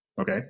Okay